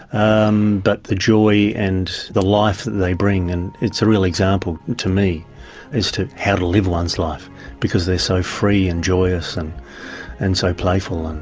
um but the joy and the life that they bring, and it's a real example to me as to how to live one's life because they are so free and joyous and and so playful, and